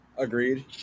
Agreed